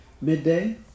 midday